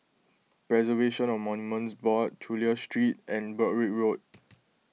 Preservation of Monuments Board Chulia Street and Broadrick Road